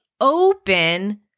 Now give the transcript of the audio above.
open